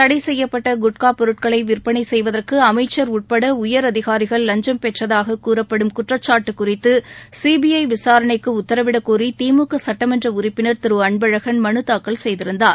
தடை செய்யப்பட்ட குட்கா பொருட்களை விற்பனை செய்வதற்கு அமைச்சர் உட்பட உயரதிகாரிகள் லஞ்சும் பெற்றதாகக் கூறப்படும் குற்றக்சாட்டு குறித்து சிபிஐ விசாரணைக்கு உத்தரவிடக்கோரி திமுக சுட்டமன்ற உறுப்பினர் திரு அன்பழகன் மனு தாக்கல் செய்திருந்தார்